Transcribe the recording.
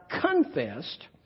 confessed